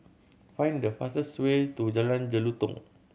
find the fastest way to Jalan Jelutong